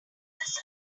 this